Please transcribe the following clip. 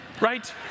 right